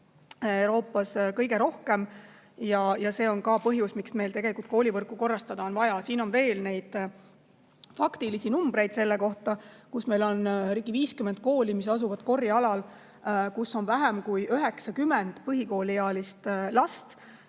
Euroopas kõige rohkem ja see on ka põhjus, miks meil tegelikult koolivõrku korrastada on vaja. Siin on veel faktilisi andmeid selle kohta. (Näitab slaidi.) Meil on ligi 50 kooli, mis asuvad korjealal, kus on vähem kui 90 põhikooliealist last.